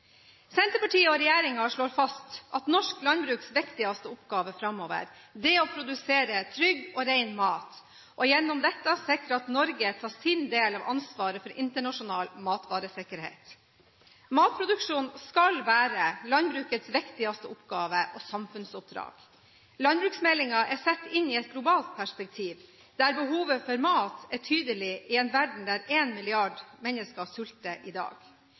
Senterpartiet og regjeringen slår fast at norsk landbruks viktigste oppgave framover er å produsere trygg og ren mat og gjennom dette sikre at Norge tar sin del av ansvaret for internasjonal matvaresikkerhet. Matproduksjon skal være landbrukets viktigste oppgave og samfunnsoppdrag. Landbruksmeldingen er satt inn i et globalt perspektiv, der behovet for mat er tydelig i en verden der en milliard mennesker sulter i dag.